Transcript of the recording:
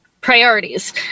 Priorities